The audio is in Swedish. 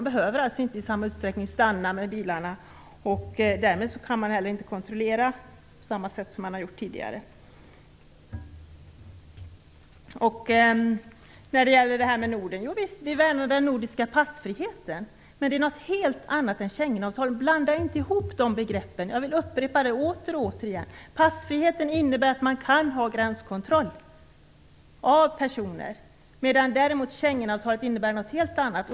De som kommer med bil behöver alltså inte stanna i samma utsträckning som tidigare, och därmed kan de inte heller kontrolleras på samma sätt. Vi värnar också den nordiska passfriheten, men det är något helt annat än Schengenavtalet. Blanda inte ihop de begreppen! Jag vill upprepa det åter och åter igen. Passfriheten innebär att man kan ha gränskontroll av personer, medan däremot Schengenavtalet innebär något helt annat.